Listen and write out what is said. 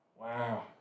Wow